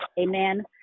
amen